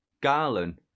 garland